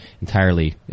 entirely